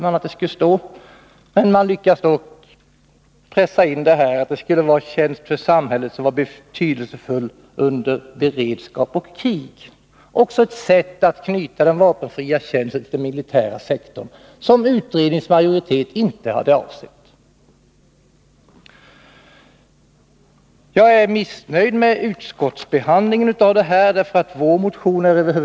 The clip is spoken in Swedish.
Men man lyckades pressa in att det skulle vara tjänst för samhället som var betydelsefull under beredskap och krig — också ett sätt att knyta den vapenfria tjänsten till den militära sektorn som utredningens majoritet inte hade avsett. Jag är missnöjd med utskottsbehandlingen av vår motion.